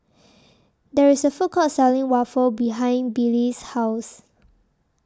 There IS A Food Court Selling Waffle behind Billye's House